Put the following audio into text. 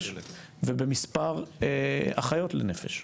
ובמספר האחיות לנפש.